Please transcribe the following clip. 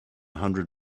hundred